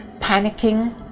panicking